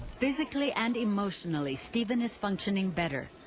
physically and emotionally steven is functioning better.